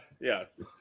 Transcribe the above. Yes